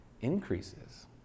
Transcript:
increases